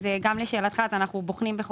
אנחנו בוחנים.